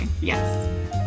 yes